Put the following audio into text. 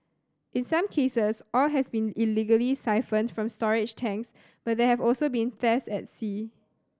in some cases oil has been illegally siphoned from storage tanks but there have also been thefts at sea